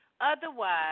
Otherwise